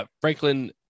Franklin